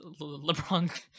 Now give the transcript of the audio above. lebron